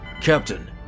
Captain